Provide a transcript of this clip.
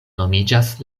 nomiĝas